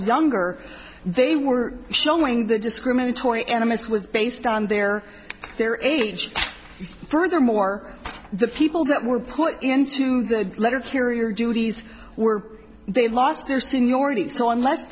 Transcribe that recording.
younger they were showing the discriminatory animists was based on their their age furthermore the people that were put into the letter carrier duties were they lost their seniority so unless